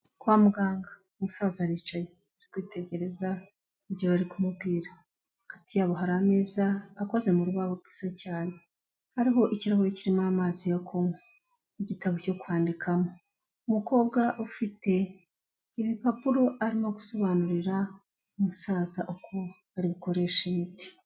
Kwa muganga ,umusaza aricaye kwitegereza ibyo bari kumubwira hagati yabo hari ameza akoze mu rubaho rwiza cyane hariho ikirahuri kirimo amazi yo kunywa ,igitabo cyo kwandikamo, umukobwa ufite ibipapuro arimo gusobanurira umusaza uko ari bukoresha imiti.